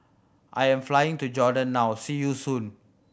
I am flying to Jordan now see you soon